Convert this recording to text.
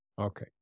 Okay